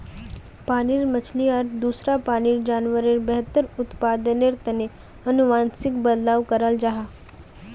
पानीर मछली आर दूसरा पानीर जान्वारेर बेहतर उत्पदानेर तने अनुवांशिक बदलाव कराल जाहा